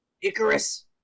Icarus